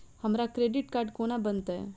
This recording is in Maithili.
हमरा क्रेडिट कार्ड कोना बनतै?